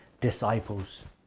disciples